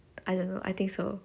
I don't know I think so